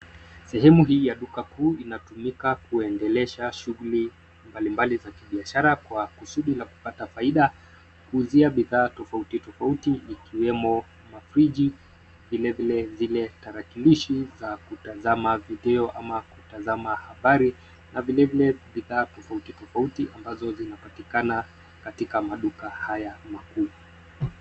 Sehemu hii ya duka kuu inatumika kuendelesha shughuli mbalimbali za kibiashara kwa kusudi la kupata faida kuuzia bidhaa tofauti tofauti ikiwemo mafriji vilevile zile tarakilishi za kutazama video ama kutazama habari na vilevile bidhaa tofauti tofauti ambayo zinapatikana katika maduka haya makuu.